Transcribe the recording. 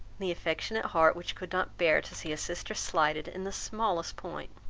the affectionate heart which could not bear to see a sister slighted in the smallest point.